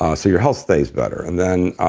ah so your health stays better. and then,